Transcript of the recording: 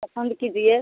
पसंद कीजिए